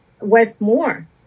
Westmore